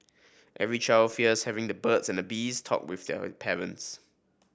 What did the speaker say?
every child fears having the birds and the bees talk with their parents